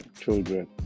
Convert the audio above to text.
children